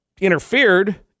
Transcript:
interfered